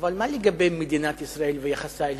אבל מה לגבי מדינת ישראל ויחסה למסגדים?